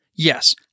Yes